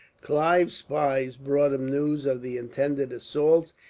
clive's spies brought him news of the intended assault,